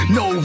no